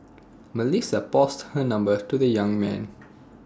Melissa passed her numbers to the young man